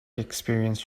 experience